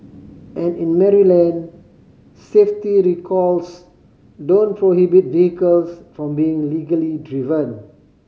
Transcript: and in Maryland safety recalls don't prohibit vehicles from being legally driven